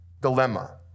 dilemma